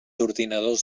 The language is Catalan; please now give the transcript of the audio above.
ordinadors